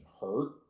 hurt